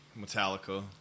Metallica